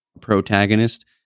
protagonist